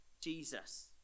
Jesus